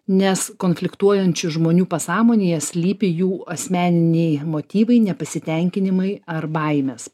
nes konfliktuojančių žmonių pasąmonėje slypi jų asmeniniai motyvai nepasitenkinimai ar baimės